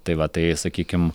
tai va tai sakykim